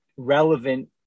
relevant